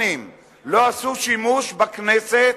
לא עשו בכנסת